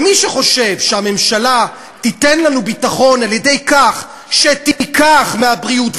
מי שחושב שהממשלה תיתן לנו ביטחון על-ידי כך שתיקח מהבריאות,